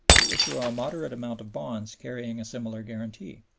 to issue a moderate amount of bonds carrying a similar guarantee.